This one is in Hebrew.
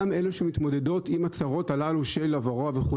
גם אלו שמתמודדות עם הצרות הללו של הוורואה וכו'.